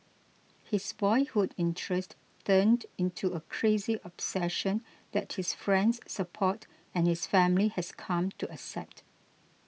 his boyhood interest turned into a crazy obsession that his friends support and his family has come to accept